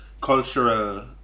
cultural